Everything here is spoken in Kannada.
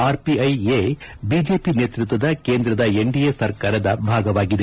ಆರ್ಪಿಐ ಎ ಬಿಜೆಪಿ ನೇತೃತ್ವದ ಕೇಂದ್ರದ ಎನ್ಡಿಎ ಸರ್ಕಾರದ ಭಾಗವಾಗಿದೆ